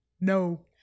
no